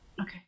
Okay